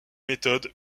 méthode